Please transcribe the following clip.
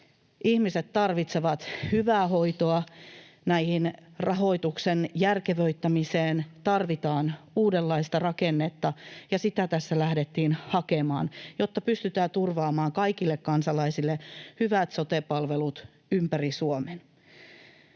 Ihmiset tarvitsevat hyvää hoitoa. Näihin rahoituksen järkevöittämisiin tarvitaan uudenlaista rakennetta, ja sitä tässä lähdettiin hakemaan, jotta pystytään turvaamaan kaikille kansalaisille hyvät sote-palvelut ympäri Suomen.